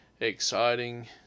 exciting